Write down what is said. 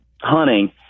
hunting